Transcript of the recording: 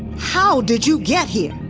how did you get here?